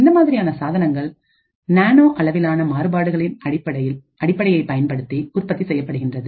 இந்த மாதிரியான சாதனங்கள் நானோ அளவிலான மாறுபாடுகளின் அடிப்படையை பயன்படுத்தி உற்பத்தி செய்யப்படுகின்றது